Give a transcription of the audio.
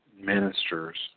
ministers